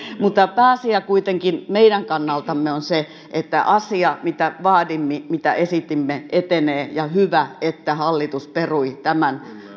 pääasia kuitenkin meidän kannaltamme on se että asia mitä vaadimme mitä esitimme etenee hyvä että hallitus perui tämän